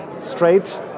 straight